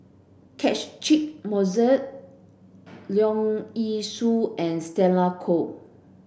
Catchick Moses Leong Yee Soo and Stella Kon